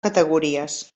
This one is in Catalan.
categories